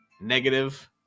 negative